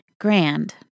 grand